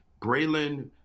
Braylon